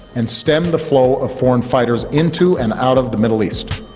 and stem the flow of foreign fighters into and out of the middle east.